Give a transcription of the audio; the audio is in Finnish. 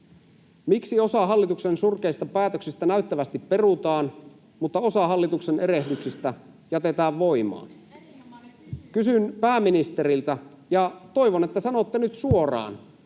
Miksi osa hallituksen surkeista päätöksistä näyttävästi perutaan mutta osa hallituksen erehdyksistä jätetään voimaan? [Sanna Antikainen: Erinomainen kysymys!] Kysyn pääministeriltä, ja toivon, että sanotte nyt suoraan: